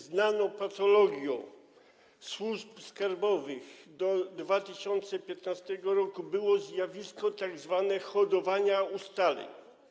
Znaną patologią służb skarbowych do 2015 r. było zjawisko tzw. hodowania ustaleń.